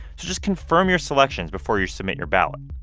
so just confirm your selections before you submit your ballot.